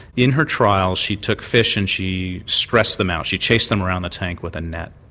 in her trials she took fish and she stressed them out, she chased them around the tank with a net,